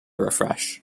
refresh